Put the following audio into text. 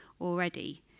already